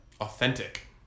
authentic